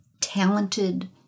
talented